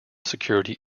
security